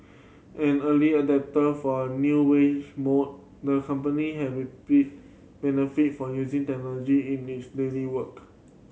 an early adopter for the new wage more the company has reaped benefit from using technology in its daily work